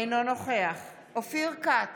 אינו נוכח אופיר כץ,